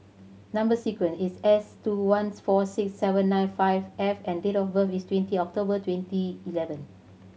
number sequence is S two once four six seven nine five F and date of birth is twenty October twenty eleven